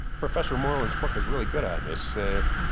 professor merlin's book is really good on this